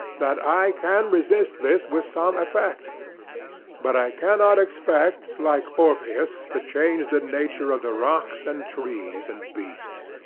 that i can resist this with some effect but i cannot expect, like orpheus, to change the nature of the rocks and trees and beasts.